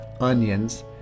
onions